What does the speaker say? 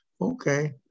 Okay